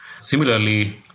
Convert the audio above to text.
Similarly